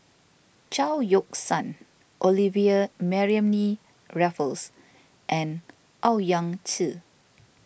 Chao Yoke San Olivia Mariamne Raffles and Owyang Chi